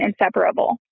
inseparable